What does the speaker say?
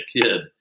kid